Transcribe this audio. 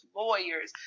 lawyers